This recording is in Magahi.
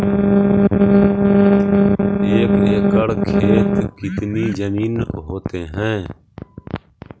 एक एकड़ खेत कितनी जमीन होते हैं?